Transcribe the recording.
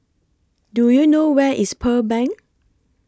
Do YOU know Where IS Pearl Bank